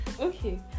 okay